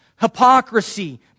hypocrisy